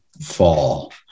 fall